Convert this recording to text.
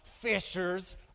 fishers